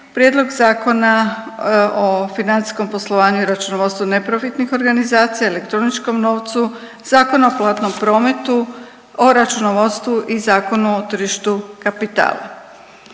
Prijedlog Zakona o financijskom poslovanju i računovodstvu neprofitnih organizacija, elektroničkom novcu, Zakon o platnom prometu, o računovodstvu i Zakonu o tržištu kapitala.